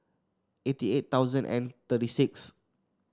eighty eight thousand and thirty six